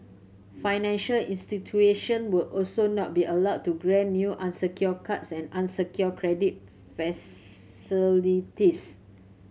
financial institution will also not be allowed to grant new unsecured cards and unsecured credit facilities